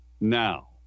Now